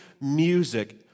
music